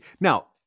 Now